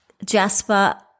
Jasper